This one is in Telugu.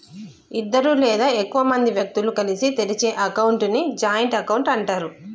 ఇద్దరు లేదా ఎక్కువ మంది వ్యక్తులు కలిసి తెరిచే అకౌంట్ ని జాయింట్ అకౌంట్ అంటరు